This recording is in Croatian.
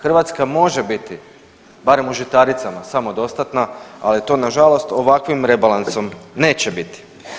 Hrvatska može biti barem u žitaricama samodostatna, ali to nažalost ovakvim rebalansom neće biti.